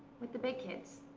with the big kids.